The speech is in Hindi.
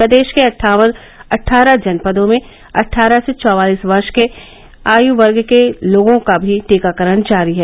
प्रदेश के अट्ठारह जनपदों में अट्ठारह से चौवालीस वर्ष के आयु वर्ग के लोगों का भी टीकाकरण जारी है